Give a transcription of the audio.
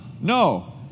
no